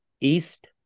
East